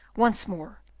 once more,